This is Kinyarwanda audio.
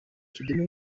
kidumu